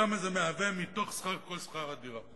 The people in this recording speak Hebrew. כמה זה שכר הדירה מתוך כל השכר.